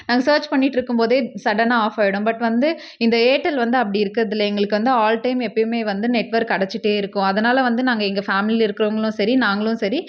நாங்கள் சர்ச் பண்ணிகிட்டு இருக்கும் போதே சடனாக ஆஃப் ஆகிடும் பட் வந்து இந்த ஏர்டெல் வந்து அப்படி இருக்கிறது இல்லை எங்களுக்கு வந்து ஆல்டைம் எப்பையுமே வந்து நெட்வொர்க் கிடச்சிட்டே இருக்கும் அதனால் வந்து நாங்கள் எங்கள் ஃபேமிலியில் இருக்கிறவங்களும் சரி நாங்களும் சரி